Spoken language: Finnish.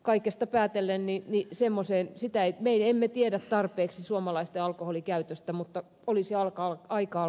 kaikesta päätellen me emme tiedä tarpeeksi suomalaisten alkoholin käytöstä mutta olisi aika